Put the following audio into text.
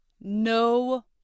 no